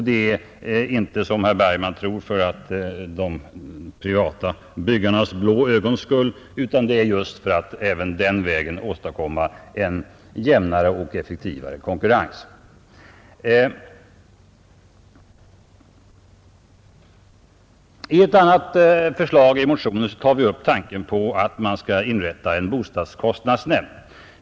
Det är inte, som herr Bergman tror, för de privata byggarnas blå ögons skull, utan det är just för att även den vägen åstadkomma effektivare konkurrens. I vår partimotion tar vi också upp tanken på inrättandet av en bostadskostnadsnämnd.